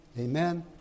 Amen